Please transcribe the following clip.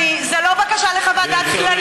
היושב-ראש.